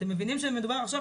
צריך לומר שגם